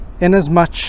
Inasmuch